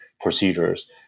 procedures